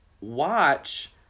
watch